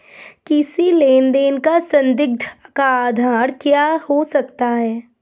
किसी लेन देन का संदिग्ध का आधार क्या हो सकता है?